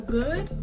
good